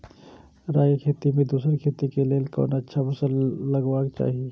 राय के खेती मे दोसर खेती के लेल कोन अच्छा फसल लगवाक चाहिँ?